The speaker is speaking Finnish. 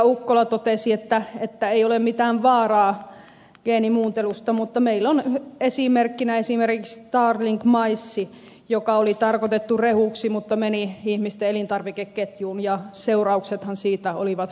ukkola totesi että ei ole mitään vaaraa geenimuuntelusta mutta meillä on esimerkiksi starlink maissi joka oli tarkoitettu rehuksi mutta meni ihmisten elintarvikeketjuun ja seurauksethan siitä olivat